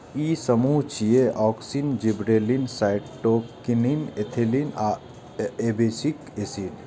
ई समूह छियै, auxin, gibberellin, cytokinin, ethylene आ एब्सिसिक एसिड